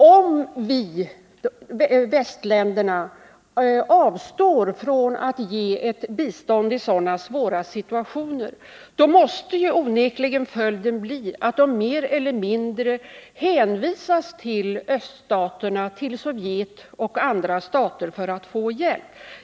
Om västländerna avstår från att ge bistånd i sådana svåra situationer måste följden onekligen bli att de mer eller mindre hänvisas till Sovjet och öststaterna för att få hjälp.